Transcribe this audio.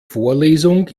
vorlesung